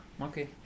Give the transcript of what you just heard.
okay